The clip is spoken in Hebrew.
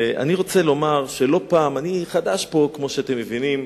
אני רוצה לומר שאני חדש פה, כמו שאתם מבינים,